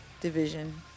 division